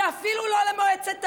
ואפילו לא למועצת האו"ם,